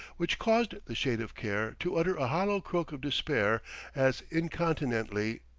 which caused the shade of care to utter a hollow croak of despair as, incontinently,